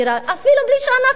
אפילו בלי שאנחנו נעלה,